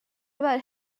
about